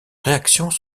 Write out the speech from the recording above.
réactions